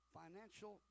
financial